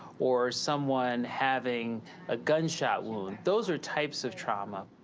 or someone having a gunshot wound. those are types of trauma,